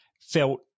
felt